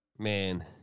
Man